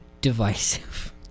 divisive